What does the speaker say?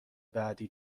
بعدی